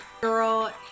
Girl